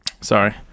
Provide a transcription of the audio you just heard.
Sorry